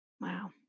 Wow